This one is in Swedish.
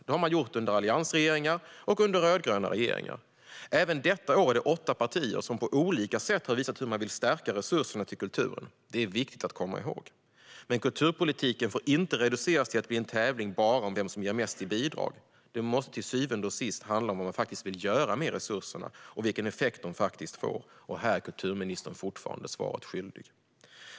Det har man gjort under alliansregeringar och under rödgröna regeringar. Även detta år är det åtta partier som på olika sätt har visat hur man vill stärka resurserna till kulturen. Detta är viktigt att komma ihåg. Men kulturpolitiken får inte reduceras till att bli en tävling bara om vem som ger mest i bidrag. Det måste till syvende och sist handla om vad man faktiskt vill göra med resurserna och vilken effekt de faktiskt får, och här är kulturministern fortfarande svaret skyldig.